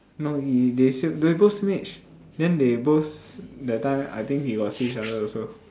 no he they still they both same age then they both that time I think he got see each other also